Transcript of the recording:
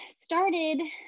started